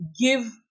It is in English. give